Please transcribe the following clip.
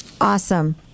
Awesome